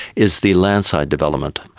is the land site development.